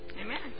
Amen